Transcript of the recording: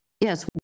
Yes